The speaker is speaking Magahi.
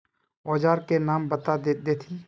औजार के नाम बता देथिन?